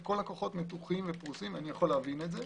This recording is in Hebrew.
וכל הכוחות מתוחים ופרוסים - אני יכול להבין את זה.